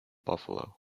buffalo